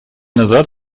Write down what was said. назад